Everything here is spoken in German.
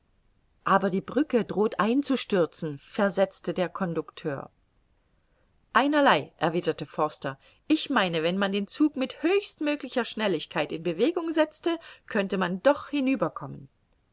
aber die brücke droht einzustürzen versetzte der conducteur einerlei erwiderte forster ich meine wenn man den zug mit höchstmöglicher schnelligkeit in bewegung setzte könnte man doch hinüber